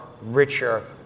richer